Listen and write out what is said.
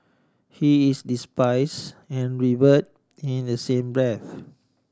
he is despise and revered in the same breath